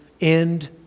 end